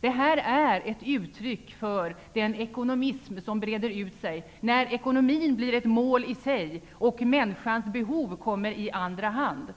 De är ett uttryck för den ekonomism som breder ut sig när ekonomin blir ett mål i sig och människans behov kommer i andra hand.